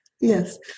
Yes